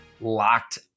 Locked